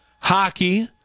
hockey